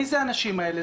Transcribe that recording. מי הם האנשים האלה?